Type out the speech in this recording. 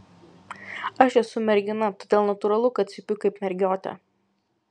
aš esu mergina todėl natūralu kad cypiu kaip mergiotė